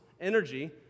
energy